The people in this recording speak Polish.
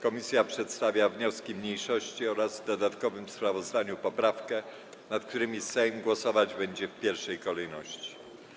Komisja przedstawia wnioski mniejszości oraz w dodatkowym sprawozdaniu poprawkę, nad którymi Sejm będzie głosować w pierwszej kolejności.